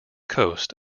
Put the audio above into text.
coast